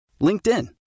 LinkedIn